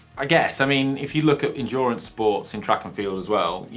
i guess. i mean, if you look at endurance sports in track and field as well, you